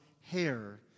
hair